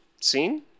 scene